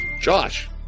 Josh